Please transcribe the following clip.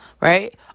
Right